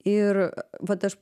ir vat aš